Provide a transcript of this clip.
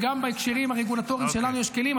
וגם בהקשרים הרגולטוריים שלנו יש כלים,